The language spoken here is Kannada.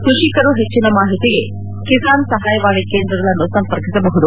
ಕೃಷಿಕರು ಹೆಚ್ಚಿನ ಮಾಹಿತಿಗೆ ಕಿಸಾನ್ ಸಹಾಯವಾಣಿ ಕೇಂದ್ರಗಳನ್ನು ಸಂಪರ್ಕಿಸಬಹುದು